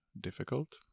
difficult